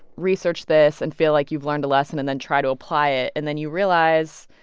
research this, and feel like you've learned a lesson and then, try to apply it. and then you realize,